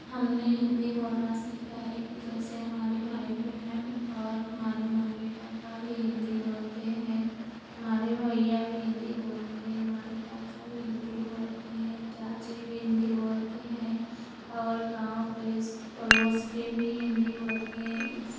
हमने हिन्दी बोलना सीखा है कि जैसे हमारे भाई बहन और हमारे मम्मी पापा भी हिन्दी बोलते हैं हमारे भैया भी हिन्दी बोलते हैं हमारे चाचा भी हिन्दी बोलते हें चाची भी हिन्दी बोलती हैं और गाँव प्रेस पड़ोस के भी हिन्दी बोलते हें इस